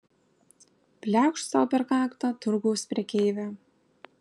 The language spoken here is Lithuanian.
pliaukšt sau per kaktą turgaus prekeivė